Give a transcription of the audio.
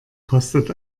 kostet